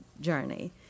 journey